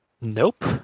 Nope